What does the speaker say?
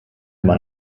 man